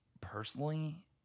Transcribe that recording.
personally